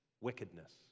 wickedness